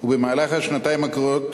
ובמהלך השנתיים הקרובות,